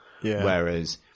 Whereas